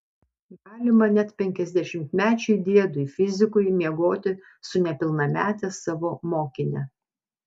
galima net penkiasdešimtmečiui diedui fizikui miegoti su nepilnamete savo mokine